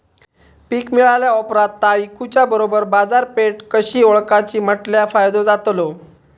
पीक मिळाल्या ऑप्रात ता इकुच्या बरोबर बाजारपेठ कशी ओळखाची म्हटल्या फायदो जातलो?